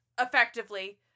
effectively